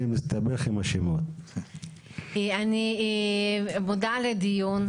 אני מודה על הדיון.